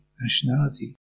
nationality